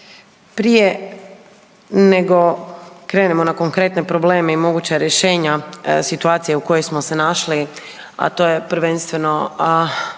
prije nego krenemo na konkretne probleme i moguća rješenja situacija u kojoj smo se našli, a to je prvenstveno